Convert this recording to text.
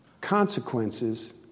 consequences